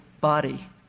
body